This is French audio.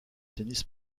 tennis